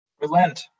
Relent